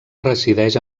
resideix